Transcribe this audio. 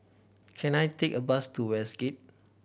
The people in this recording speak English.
can I take a bus to Westgate